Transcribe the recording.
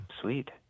Sweet